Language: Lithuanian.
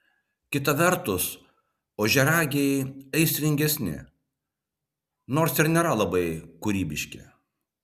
kita vertus ožiaragiai aistringesni nors ir nėra labai kūrybiški